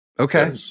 okay